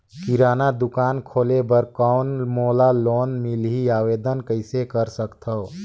किराना दुकान खोले बर कौन मोला लोन मिलही? आवेदन कइसे कर सकथव?